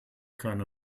keine